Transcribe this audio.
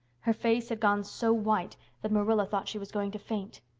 her face had gone so white that marilla thought she was going to faint.